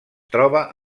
troba